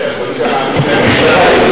כמו שאדוני לא מאמין למשטרה אם היא עוצרת,